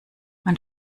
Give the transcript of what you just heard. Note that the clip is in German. man